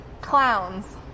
clowns